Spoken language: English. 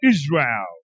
Israel